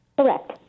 correct